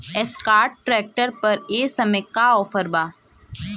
Escort tractor पर ए समय का ऑफ़र बा?